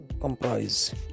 comprise